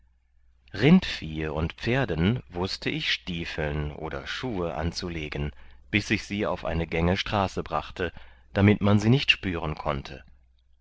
rindviehe und pferden wußte ich stiefeln oder schuhe anzulegen bis ich sie auf eine gänge straße brachte damit man sie nicht spüren konnte